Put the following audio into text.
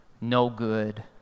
no-good